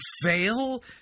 fail